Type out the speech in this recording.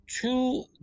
two